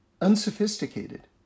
unsophisticated